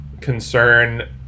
concern